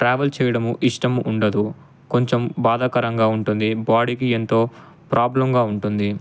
travel చేయడము ఇష్టం ఉండదు కొంచెం బాధాకరంగా ఉంటుంది బాడీకి ఎంతో ప్రాబ్లంగా ఉంటుంది